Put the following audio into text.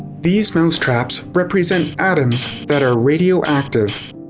these mouse traps represent atoms that are radioactive.